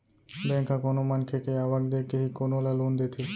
bank ह कोनो मनखे के आवक देखके ही कोनो ल लोन देथे